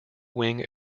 wing